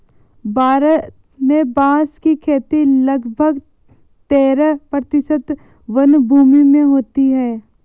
भारत में बाँस की खेती लगभग तेरह प्रतिशत वनभूमि में होती है